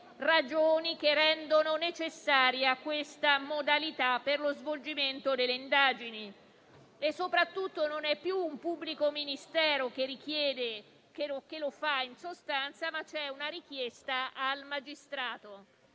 ragioni che rendono necessaria questa modalità per lo svolgimento delle indagini. E soprattutto, non è più un pubblico ministero che lo fa, ma c'è una richiesta al magistrato.